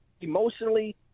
emotionally